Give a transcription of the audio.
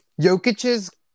Jokic's